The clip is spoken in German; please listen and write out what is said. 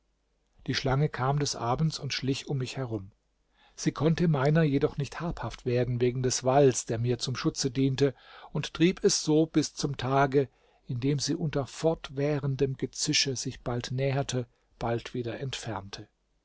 die schlange kam des abends und schlich um mich herum sie konnte meiner jedoch nicht habhaft werden wegen des walls der mir zum schutze diente und trieb es so bis zum tage indem sie unter fortwährendem gezische sich bald näherte bald wieder entfernte